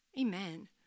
Amen